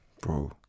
bro